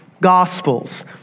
gospels